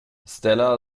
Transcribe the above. stella